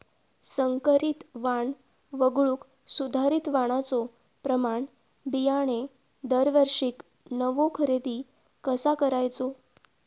संकरित वाण वगळुक सुधारित वाणाचो प्रमाण बियाणे दरवर्षीक नवो खरेदी कसा करायचो?